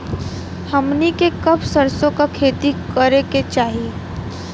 हमनी के कब सरसो क खेती करे के चाही?